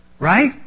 Right